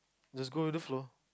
just go with the flow